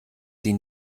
sie